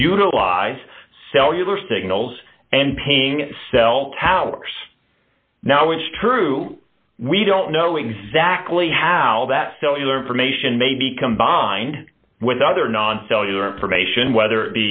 utilize cellular signals and paying cell towers now it's true we don't know exactly how that cellular information may be combined with other non cellular information whether it